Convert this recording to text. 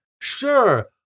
Sure